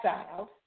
exiled